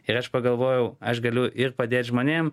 ir aš pagalvojau aš galiu ir padėt žmonėm